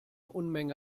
unmenge